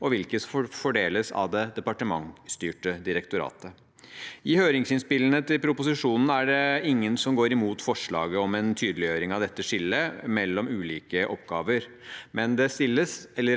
og hvilke som fordeles av det departementsstyrte direktoratet. I høringsinnspillene til proposisjonen er det ingen som går imot forslaget om en tydeliggjøring av dette skillet mellom ulike oppgaver, men det